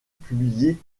publier